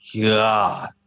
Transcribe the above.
god